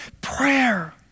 Prayer